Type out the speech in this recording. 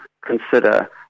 consider